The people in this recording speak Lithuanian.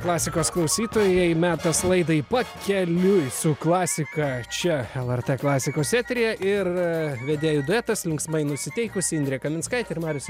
klasikos klausytojai metas laidai pakeliui su klasika čia lrt klasikos eteryje ir vedėjų duetas linksmai nusiteikusi indrė kaminskaitė ir marius